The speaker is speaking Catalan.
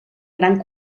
gran